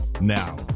Now